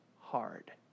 hard